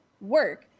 work